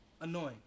annoying